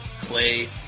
clay